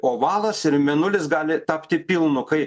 ovalas ir mėnulis gali tapti pilnu kai